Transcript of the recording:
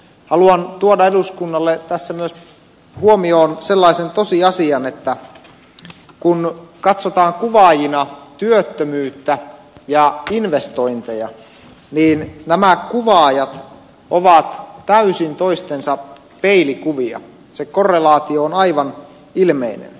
haluan tuoda eduskunnalle tässä myös huomioon sellaisen tosiasian että kun katsotaan kuvaajina työttömyyttä ja investointeja niin nämä kuvaajat ovat täysin toistensa peilikuvia se korrelaatio on aivan ilmeinen